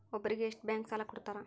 ಒಬ್ಬರಿಗೆ ಎಷ್ಟು ಬ್ಯಾಂಕ್ ಸಾಲ ಕೊಡ್ತಾರೆ?